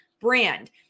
brand